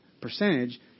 percentage